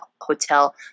hotel